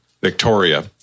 Victoria